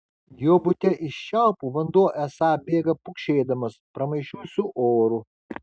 jo bute iš čiaupų vanduo esą bėga pukšėdamas pramaišiui su oru